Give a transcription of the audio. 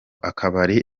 akabari